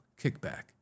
kickback